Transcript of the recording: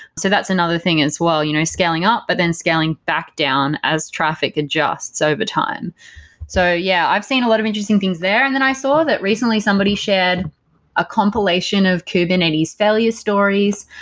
so that's another thing as well, you know scaling up, but then scaling back down as traffic adjusts over time so yeah, i've seen a lot of interesting things there. and then i saw that recently somebody shared a compilation of kubernetes failure stories.